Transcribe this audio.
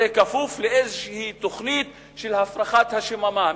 זה כפוף לאיזו תוכנית של הפרחת השממה,